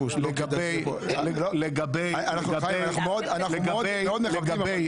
אנחנו מאוד מכבדים אותך.